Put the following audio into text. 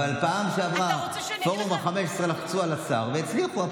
בפעם שעברה, פורום ה-15 לחצו על השר והצליחו.